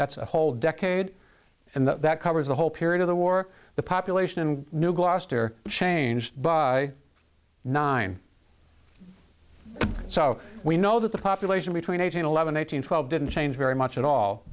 that's a whole decade and that covers the whole period of the war the population in new gloucester changed by nine so we know that the population between eighteen eleven eighteen twelve didn't change very much at